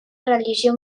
religió